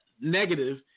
negative